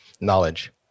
Knowledge